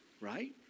Right